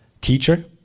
teacher